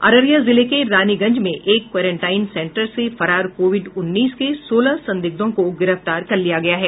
अररिया जिले के रानीगंज में एक क्वारेंटाइन सेन्टर से फरार कोविड उन्नीस के सोलह संदिग्धों को गिरफ्तार कर लिया गया है